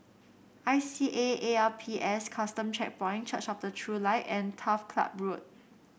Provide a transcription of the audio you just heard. I C A A L P S Custom Checkpoint Church of the True Light and Turf Ciub Road